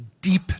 deep